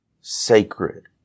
sacred